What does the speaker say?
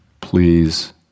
please